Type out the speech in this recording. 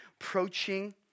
approaching